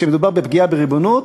כשמדובר בפגיעה בריבונות,